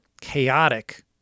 chaotic